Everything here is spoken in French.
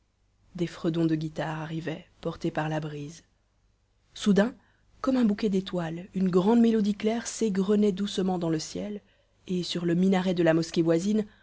des fredons de guitare arrivaient portés par la brise soudain comme un bouquet d'étoiles une grande mélodie claire s'égrenait doucement dans le ciel et sur le minaret de la mosquée voisine